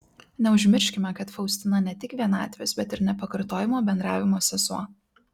neužmirškime kad faustina ne tik vienatvės bet ir nepakartojamo bendravimo sesuo